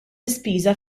ispiża